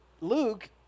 Luke